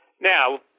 Now